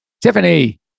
Tiffany